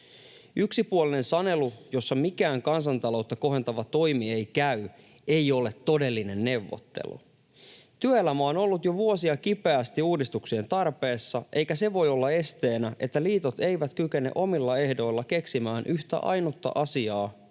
Yksipuolinen sanelu, jossa mikään kansantaloutta kohentava toimi ei käy, ei ole todellinen neuvottelu. Työelämä on ollut jo vuosia kipeästi uudistuksien tarpeessa, eikä se voi olla esteenä, että liitot eivät kykene omilla ehdoilla keksimään yhtä ainutta asiaa,